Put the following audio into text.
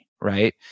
right